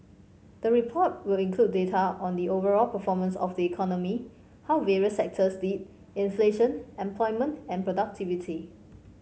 the report will include data on the overall performance of the economy how various sectors did inflation employment and productivity